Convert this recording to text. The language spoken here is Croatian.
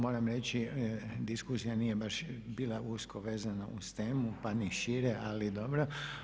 Moram reći diskusija nije baš bila usko vezana uz temu pa ni šire, ali dobro.